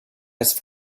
jest